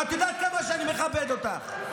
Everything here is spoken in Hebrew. ואת יודעת כמה אני מכבד אותך.